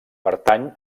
pertany